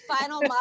final